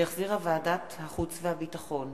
שהחזירה ועדת החוץ והביטחון,